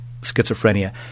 schizophrenia